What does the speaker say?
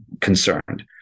concerned